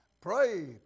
Pray